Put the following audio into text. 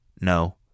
No